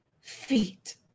feet